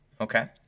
Okay